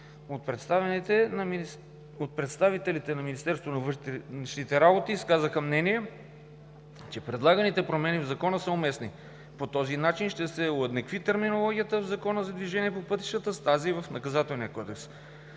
От представителите на Министерството на вътрешните работи изказаха мнение, че предлаганите промени на Закона са уместни. По този начин ще се уеднакви терминологията в Закона за движението по пътищата с тази в Наказателния кодекс.